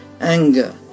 anger